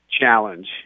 challenge